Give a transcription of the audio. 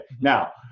Now